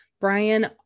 Brian